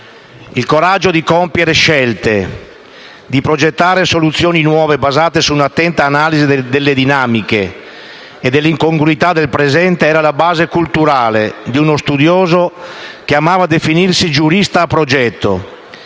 Il coraggio di compiere scelte, di progettare soluzioni nuove, basate su un'attenta analisi delle dinamiche e dell'incongruità del presente era la base culturale di uno studioso che amava definirsi "giurista a progetto"